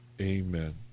amen